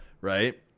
Right